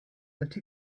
that